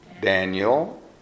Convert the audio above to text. Daniel